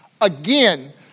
Again